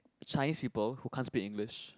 Chinese people who can't speak English